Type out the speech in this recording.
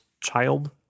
child